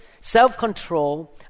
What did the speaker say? self-control